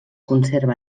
conserva